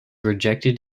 rejected